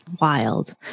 wild